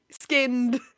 skinned